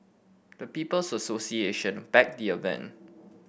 the People's Association backed the event